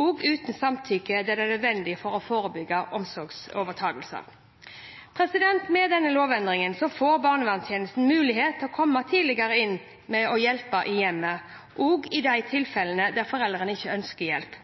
også uten samtykke der det er nødvendig for å forebygge omsorgsovertakelse. Med denne lovendringen får barnevernstjenesten mulighet til å komme tidligere inn med hjelp i hjemmet også i de tilfellene der foreldrene ikke ønsker hjelp.